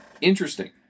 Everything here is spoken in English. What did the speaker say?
interesting